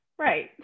Right